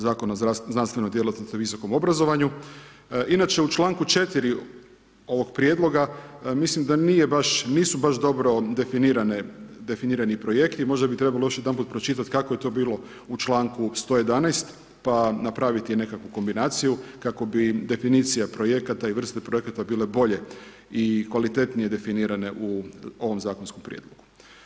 Zakona o znanstvenoj djelatnosti i visokom obrazovanju, inače u članku 4. ovog prijedloga mislim da nisu baš dobro definirani projekti, možda bi trebalo još jedanput pročitat kako je to bilo u članku 111. pa napraviti nekakvu kombinaciju kako bi definicija projekata i vrsta projekata bile bolje i kvalitetnije definirane u ovom zakonskom prijedlogu.